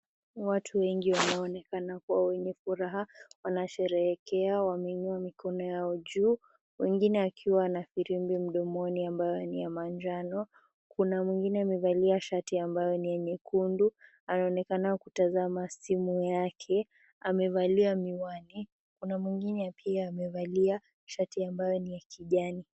Watu wengi wanaonekana kuwa wenye furaha, wanasherehekea wameinua mikono yao juu. Wengine wakiwa firimbi mdomoni ambayo ni ya manjano. Kuna mwingine amevalia shati ambayo nyekundu anaonekana kutazama simu yake, amevalia miwani na kuna mwingine ambaye amevalia shati ambayo ni ya kijani.